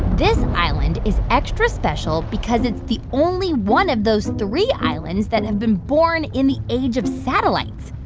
this island is extra special because it's the only one of those three islands that have been born in the age of satellites.